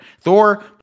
Thor